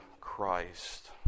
Christ